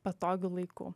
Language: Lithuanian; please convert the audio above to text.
patogiu laiku